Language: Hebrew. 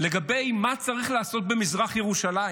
לגבי מה צריך לעשות במזרח ירושלים: